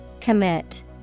Commit